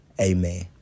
amen